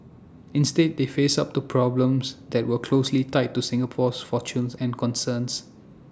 instead they face up to problems that were closely tied to Singapore's fortunes and concerns